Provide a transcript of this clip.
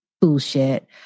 bullshit